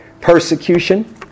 persecution